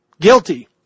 guilty